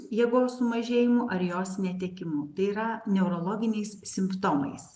jėgos sumažėjimu ar jos netekimu tai yra neurologiniais simptomais